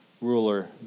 ruler